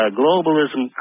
globalism